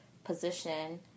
position